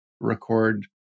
record